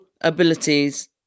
abilities